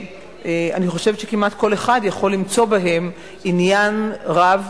אני חושבת שכמעט כל אחד יכול למצוא בהם עניין רב.